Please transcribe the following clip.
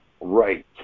right